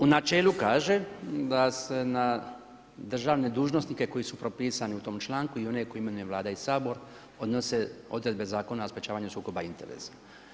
U načelu kažem da se na državne dužnosnike koji su propisani u tom članku i oni koje imenuje Vlada i Sabor odnose odredbe Zakona o sprečavanju sukoba interesa.